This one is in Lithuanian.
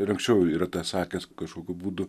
ir anksčiau yra tą sakęs kažkokiu būdu